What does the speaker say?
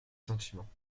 sentiments